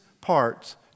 parts